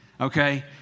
okay